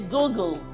Google